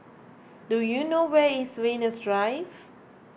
do you know where is Venus Drive